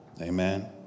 Amen